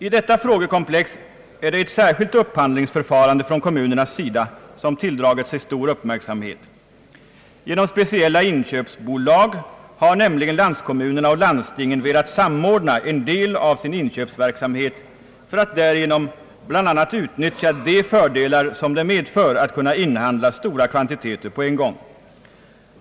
I detta frågekomplex är det ett särskilt upphandlingsförfarande från kommunernas sida som tilldragit sig stor uppmärksamhet. Genom speciella inköpsbolag har nämligen landskommunerna och landstingen velat samordna en del av sin inköpsverksamhet för att därigenom bl.a. utnyttja de fördelar som det medför att kunna inhandla stora kvantiteter på en gång.